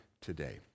today